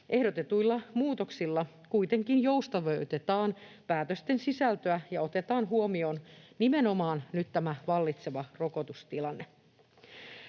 Ehdotetuilla muutoksilla kuitenkin joustavoitetaan päätösten sisältöä ja otetaan nyt huomioon nimenomaan tämä vallitseva rokotustilanne.